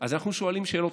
אז אנחנו שואלים שאלות,